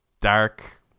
dark